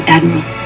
Admiral